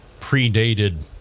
predated